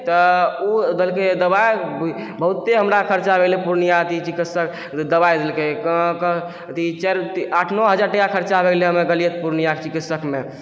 तऽ ओ देलकै दबाइ बहुते हमरा खर्चा भेलै पूर्णिया अथी चिकित्सक दबाइ देलकै अथी चारि आठ नओ हजार टाकाके खर्चा भेलै हमे गेलियै पूर्णियाके चिकित्सकमे